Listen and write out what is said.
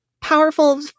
powerful